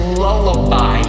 lullaby